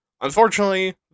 Unfortunately